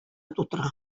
тутыра